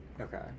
okay